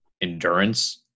endurance